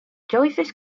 jellyfish